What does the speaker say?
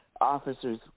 officers